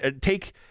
take